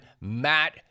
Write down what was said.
Matt